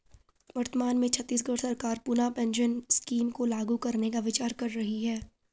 वर्तमान में छत्तीसगढ़ सरकार पुनः पेंशन स्कीम को लागू करने का विचार कर रही है